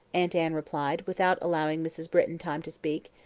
aunt anne replied, without allowing mrs. britton time to speak.